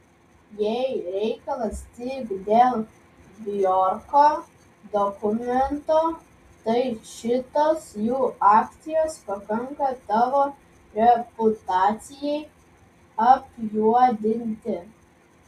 jei reikalas tik dėl bjorko dokumento tai šitos jų akcijos pakanka tavo reputacijai apjuodinti